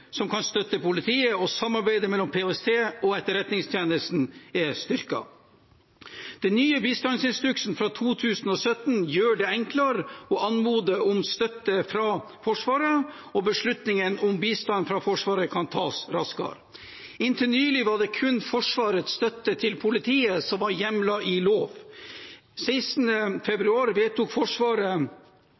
som kan støtte politiet, og samarbeidet mellom PST og Etterretningstjenesten er styrket. Den nye bistandsinstruksen fra 2017 gjør det enklere å anmode om støtte fra Forsvaret, og beslutningene om bistand fra Forsvaret kan tas raskere. Inntil nylig var det kun Forsvarets støtte til politiet som var hjemlet i lov. Etter vedtak i Stortinget den 16. februar